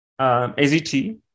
AZT